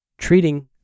treating